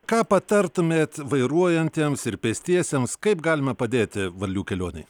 ką patartumėt vairuojantiems ir pėstiesiems kaip galime padėti varlių kelionei